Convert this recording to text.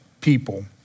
people